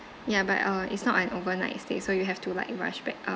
ya but uh it's not an overnight stay so you have to like rush back out